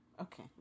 Okay